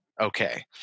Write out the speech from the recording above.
okay